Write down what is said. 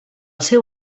seu